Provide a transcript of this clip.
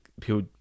people